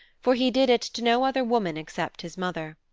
for he did it to no other woman except his mother.